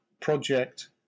project